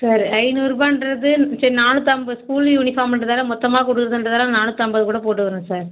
sir ஐநூரூபான்றது சரி நானூற்றைம்பது ஸ்கூலு யூனிஃபார்ம்ன்றதால் மொத்தமாக கொடுக்கறதா இருந்ததால் நானூற்றைம்பது கூட போட்டுக்கிறோம் சார்